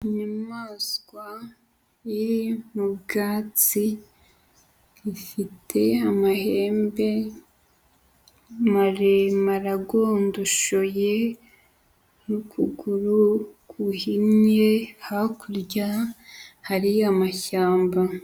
Inyamaswa iri mu bwatsi ifite amahembe maremare agondoshoye n'ukuguru guhinnye, hakurya hari amashyamba.